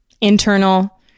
internal